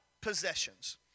possessions